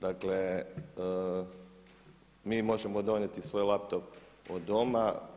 Dakle, mi možemo donijeti svoj laptop od doma.